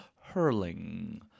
hurling